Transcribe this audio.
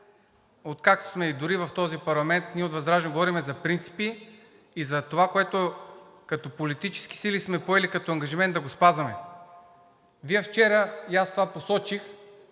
откакто сме дори в този парламент, ние от ВЪЗРАЖДАНЕ говорим за принципи и за това, което като политически сили сме поели като ангажимент да го спазваме. Вие вчера, и аз това посочих,